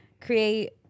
create